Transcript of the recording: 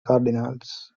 cardinals